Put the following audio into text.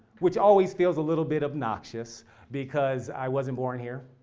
which always feels a little bit obnoxious because i wasn't born here.